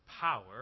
power